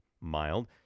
Mild